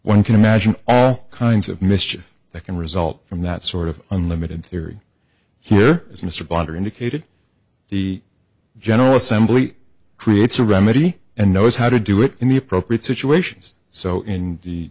one can imagine all kinds of mischief that can result from that sort of unlimited theory here as mr blogger indicated the general assembly creates a remedy and knows how to do it in the appropriate situations so in the